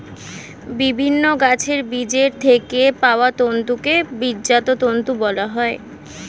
বিভিন্ন গাছের বীজের থেকে পাওয়া তন্তুকে বীজজাত তন্তু বলা হয়